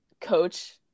coach